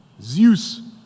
Zeus